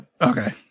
okay